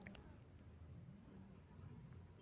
सब ला कर वाला नियम भारतीय राजस्व सेवा स्व लागू होछे